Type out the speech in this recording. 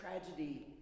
tragedy